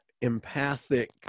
empathic